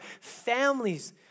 families